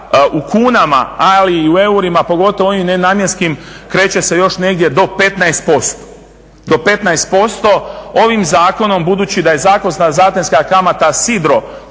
u kunama, ali i u eurima pogotovo ovim nenamjenskim, kreće se još negdje do 15%. Ovim zakonom, budući da je zakonska zatezna kamata sidro